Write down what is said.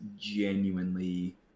genuinely